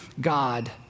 God